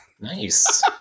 Nice